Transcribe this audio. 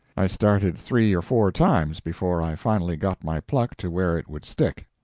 i started three or four times before i finally got my pluck to where it would stick.